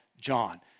John